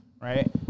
right